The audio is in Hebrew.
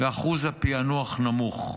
ואחוז הפענוח נמוך.